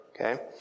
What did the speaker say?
okay